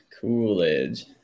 Coolidge